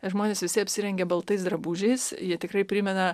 žmonės visi apsirengia baltais drabužiais jie tikrai primena